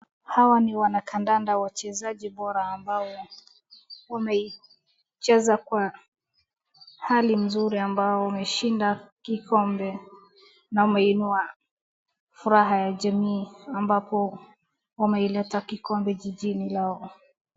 Hawa ni wanakandanda wachezaji bora ambao wameicheza kwa hali nzuri ambao wameshinda kikombe, wameinua furaha ya jamii ambapo wameileta kikombe jijini lao.